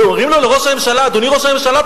ואומרים לו לראש הממשלה: אדוני ראש הממשלה,